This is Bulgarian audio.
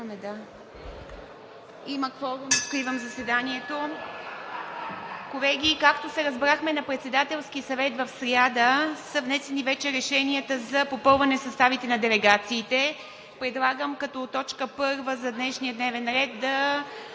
(Звъни.) Откривам заседанието. Колеги, както се разбрахме на Председателския съвет в сряда, внесени са вече решенията за попълване съставите на делегациите. Предлагам като т. 1 за днешния дневен ред да